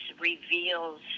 reveals